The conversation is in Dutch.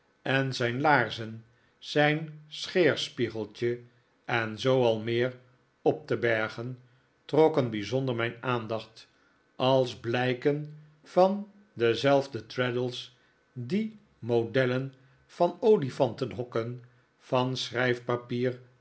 en zijn laarzen zijn scheerspiegeltje en zoo al meer op te bergen trokken bijzonder mijn aandacht als blijken van denzelfden traddles die modellen van olifantenhokken van